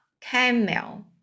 Camel